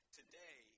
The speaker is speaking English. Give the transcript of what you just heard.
today